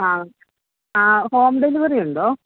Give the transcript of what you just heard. ആ ആ home delivery ഉണ്ടോ